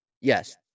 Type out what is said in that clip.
yes